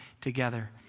together